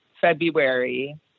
February